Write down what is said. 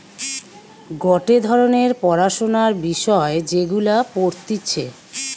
গটে ধরণের পড়াশোনার বিষয় যেগুলা পড়তিছে